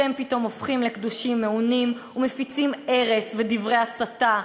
אתם פתאום הופכים לקדושים מעונים ומפיצים ארס ודברי הסתה,